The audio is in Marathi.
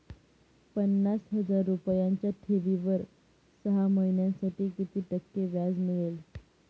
पन्नास हजार रुपयांच्या ठेवीवर सहा महिन्यांसाठी किती टक्के व्याज मिळेल?